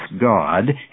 God